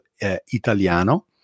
Italiano